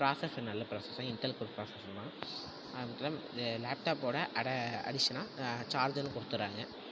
processor நல்ல processor தான் Intel core processor தான் லேப்டாப்போட அதை அடிஷனாக சார்ஜரும் கொடுத்துர்றாங்க